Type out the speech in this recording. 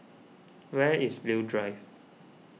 where is Leo Drive